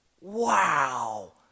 Wow